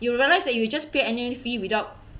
you realized that you just pay annual fee without